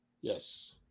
Yes